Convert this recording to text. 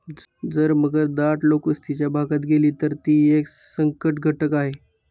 जर मगर दाट लोकवस्तीच्या भागात गेली, तर ती एक संकटघटक आहे